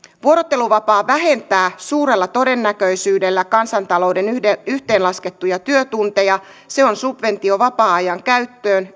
vuorotteluvapaa vähentää suurella todennäköisyydellä kansantalouden yhteenlaskettuja työtunteja se on subventio vapaa ajan käyttöön